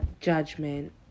Judgment